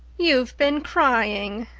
you've been crying,